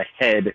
ahead